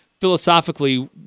philosophically